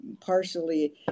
partially